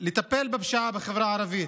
בפשיעה בחברה הערבית.